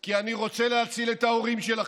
כי אני רוצה להציל את ההורים שלכם,